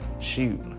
shoot